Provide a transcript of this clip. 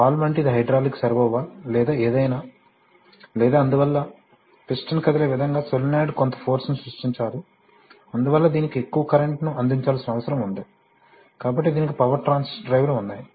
valve అంటే అది hydraulic servo valve లేదా ఏదైనా లేదా అందువల్ల పిస్టన్ కదిలే విధంగా సోలేనోయిడ్ కొంత ఫోర్స్ ని సృష్టించాలి అందువల్ల దీనికి ఎక్కువ కరెంటు ను అందించాల్సిన అవసరం ఉంది కాబట్టి దీనికి పవర్ ట్రాన్సిస్టర్ డ్రైవ్లు ఉన్నాయి